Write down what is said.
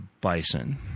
bison